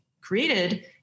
created